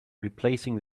replacing